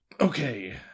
Okay